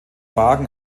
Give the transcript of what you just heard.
wagen